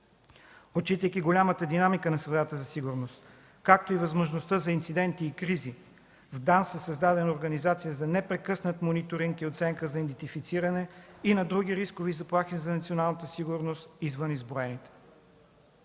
Отчитайки голямата динамика на средата за сигурност, както и възможност за инциденти и кризи, в Държавна агенция „Национална сигурност” е създадена организация за непрекъснат мониторинг и оценка за идентифициране и на други рискови заплахи за националната сигурност извън изброените.